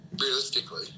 realistically